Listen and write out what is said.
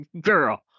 girl